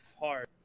hard